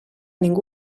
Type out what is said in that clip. ningú